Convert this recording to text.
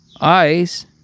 eyes